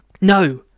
No